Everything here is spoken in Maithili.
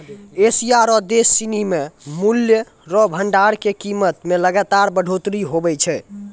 एशिया रो देश सिनी मे मूल्य रो भंडार के कीमत मे लगातार बढ़ोतरी हुवै छै